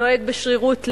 נוהג בשרירות לב.